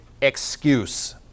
excuse